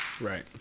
Right